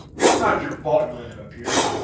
it's not your fault you ended up here,